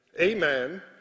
Amen